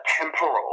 temporal